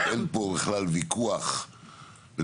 אין פה בכלל ויכוח לדעתי.